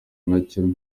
nacyo